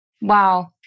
Wow